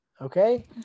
Okay